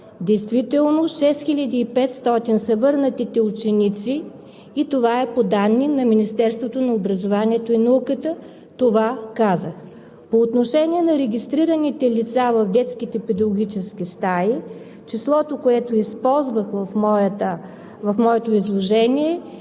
Действително 6500 са върнатите ученици и това е по данни на Министерството на образованието и науката. Това казах. По отношение на регистрираните лица в детските педагогически стаи, числото, което използвах в моето изложение,